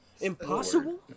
Impossible